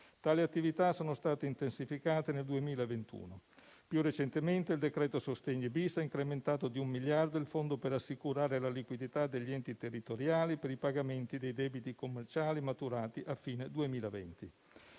Tali attività sono state intensificate nel 2021. Più recentemente, il decreto sostegni *bis* ha incrementato di un miliardo il fondo per assicurare la liquidità degli enti territoriali per i pagamenti dei debiti commerciali maturati a fine 2020.